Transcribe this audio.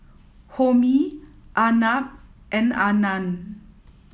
Homi Arnab and Anand